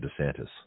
DeSantis